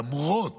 למרות